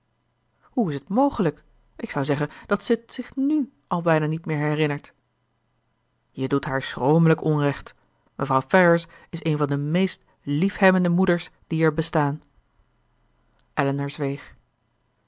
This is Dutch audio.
hoe is het mogelijk ik zou zeggen dat ze t zich nu al bijna niet meer herinnert je doet haar schromelijk onrecht mevrouw ferrars is een van de meest liefhebbende moeders die er bestaan elinor zweeg